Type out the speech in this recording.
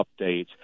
updates